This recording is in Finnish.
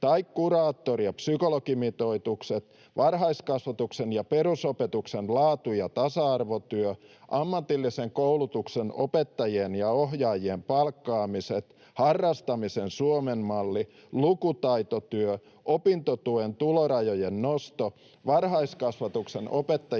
tai kuraattori- ja psykologimitoitukset, varhaiskasvatuksen ja perusopetuksen laatu- ja tasa-arvotyö, ammatillisen koulutuksen opettajien ja ohjaajien palkkaamiset, Harrastamisen Suomen malli, lukutaitotyö, opintotuen tulorajojen nosto, varhaiskasvatuksen opettajien riittävyys ja vaikka mitä,